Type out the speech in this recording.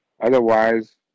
Otherwise